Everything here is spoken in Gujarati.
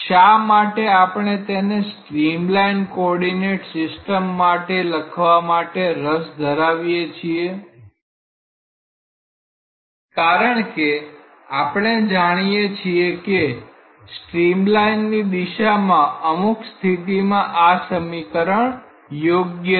શા માટે આપણે તેને સ્ટ્રીમલાઇન કોર્ડીનેટ સિસ્ટમ માટે લખવા માટે રસ ધરાવીએ છીએ કારણકે આપણે જાણીએ છીએ કે સ્ટ્રીમલાઇનની દિશામાં અમુક સ્થિતિમાં આ સમીકરણ યોગ્ય છે